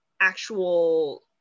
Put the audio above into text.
actual